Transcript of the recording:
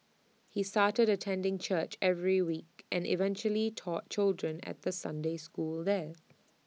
he started attending church every week and eventually taught children at the Sunday school there